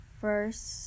first